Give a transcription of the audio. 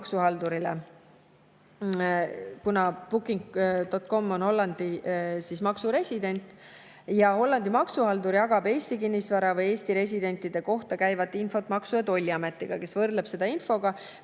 kuna booking.com on Hollandi maksuresident. Hollandi maksuhaldur jagab Eesti kinnisvara või Eesti residentide kohta käivat infot Maksu- ja Tolliametiga, kes võrdleb seda infoga,